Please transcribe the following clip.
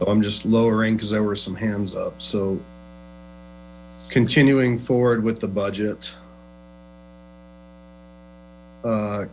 well i'm just lowering because there were some hands up so continuing forward with the budget